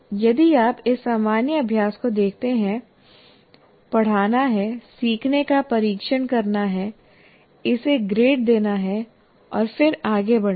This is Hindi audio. यदि आप इस सामान्य अभ्यास को देखते हैं पढ़ाना है सीखने का परीक्षण करना है इसे ग्रेड देना है और फिर आगे बढ़ना है